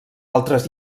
altres